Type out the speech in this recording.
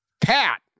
Pat